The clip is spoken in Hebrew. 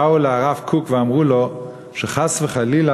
באו אל הרב קוק ואמרו לו שחס וחלילה,